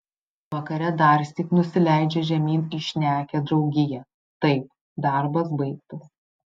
vakare darsyk nusileidžia žemyn į šnekią draugiją taip darbas baigtas